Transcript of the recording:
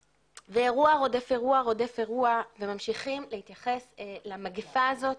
אירוע רודף אירוע רודף אירוע וממשיכים להתייחס למגיפה הזאת,